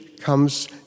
comes